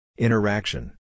Interaction